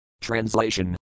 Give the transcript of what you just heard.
Translation